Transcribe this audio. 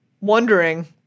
Wondering